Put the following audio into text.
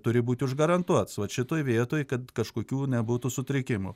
turi būti užgarantuots vat šitoj vietoj kad kažkokių nebūtų sutrikimų